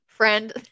friend